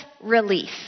relief